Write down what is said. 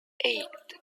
eight